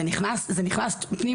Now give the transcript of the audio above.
זה נכנס פנימה?